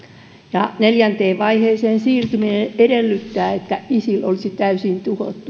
ja neljänteen vaiheeseen siirtyminen edellyttää että isil olisi täysin tuhottu